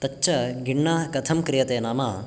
तच्च गिण्णा कथं क्रियते नाम